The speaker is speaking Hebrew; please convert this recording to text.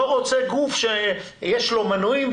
לא רוצה גוף שיש לו מנויים,